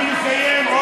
אני אסיים.